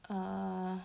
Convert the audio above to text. err